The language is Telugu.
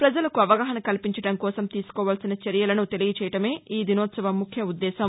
పజలకు అవగాహన కల్పించడం కోసం తీసుకోవాల్సిన చర్యలను తెలియజేయడమే ఈ దినోత్సవ ముఖ్యోద్దేశం